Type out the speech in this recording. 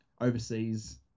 overseas